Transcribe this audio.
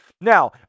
Now